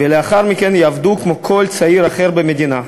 ולאחר מכן יעבדו כמו כל צעיר אחר במדינה.